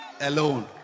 alone